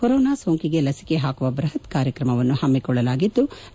corona ಸೋಂಕಿಗೆ ಲಿಸಿಕೆ ಹಾಕುವ ಬ್ಲಪತ್ ಕಾರ್ಯಕ್ರಮವನ್ನು ಹಮ್ನಿಕೊಳ್ಳಲಾಗಿದ್ಲು